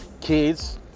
Kids